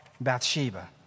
Bathsheba